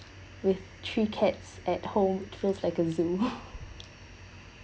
with three cats at home so it's like a zoo